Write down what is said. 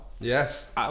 Yes